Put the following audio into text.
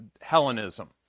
Hellenism